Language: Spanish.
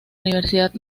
universidad